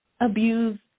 abuse